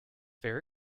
fair